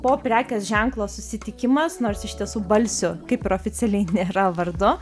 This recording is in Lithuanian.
po prekės ženklo susitikimas nors iš tiesų balsių kaip ir oficialiai nėra vardu